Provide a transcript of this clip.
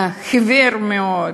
חיוור מאוד.